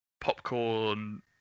popcorn